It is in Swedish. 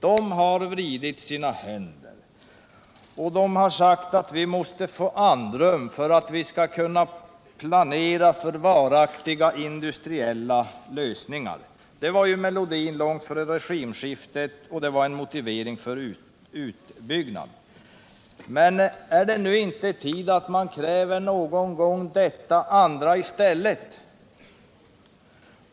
De har vridit sina händer, och de har sagt att vi måste få andrum för att kunna planera för varaktiga industriella lösningar. Det var ju melodin långt före regimskiftet, och det var en motivering för utbyggnad. Är det nu inte tid att man kräver detta andra i stället?